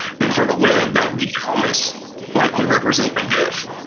and for the web that view almost likely represent a div,